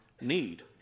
need